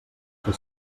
fer